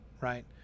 Right